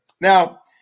Now